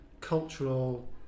cultural